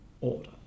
order